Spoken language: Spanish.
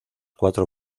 cuatro